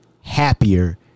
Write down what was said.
happier